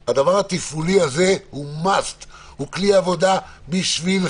התפעולי הזה הוא הכרחי והוא כלי עבודה עבורכם.